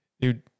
Dude